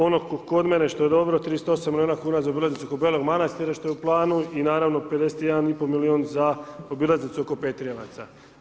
Ono kod mene što je dobro 38 milijuna kuna za obilaznicu oko Belog Manastira što je u planu i naravno, 51,5 milijun za obilaznicu oko Petrijevaca.